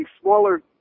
smaller